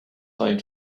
home